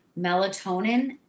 Melatonin